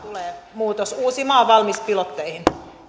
muutos uusimaa on valmis pilotteihin